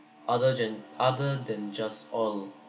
other than other than just oil